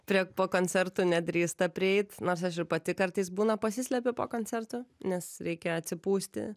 prie po koncerto nedrįsta prieit nors aš ir pati kartais būna pasislepi po koncerto nes reikia atsipūsti